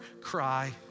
cry